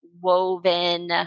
woven